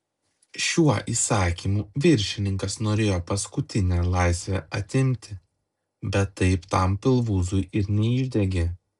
šiuo įsakymu viršininkas norėjo paskutinę laisvę atimti bet taip tam pilvūzui ir neišdegė